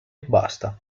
basta